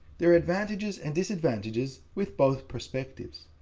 there are advantages and disadvantages with both perspectives.